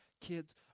kids